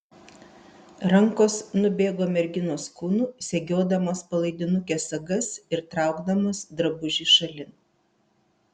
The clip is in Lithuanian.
rankos nubėgo merginos kūnu segiodamos palaidinukės sagas ir traukdamos drabužį šalin